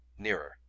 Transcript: nearer